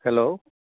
hello